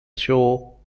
show